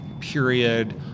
period